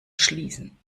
schließen